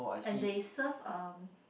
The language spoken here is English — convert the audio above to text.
and they serve um